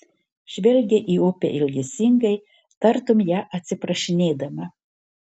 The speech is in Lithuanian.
žvelgia į upę ilgesingai tartum ją atsiprašinėdama